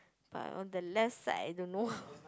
but on the less side I don't know